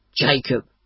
Jacob